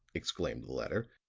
exclaimed the latter.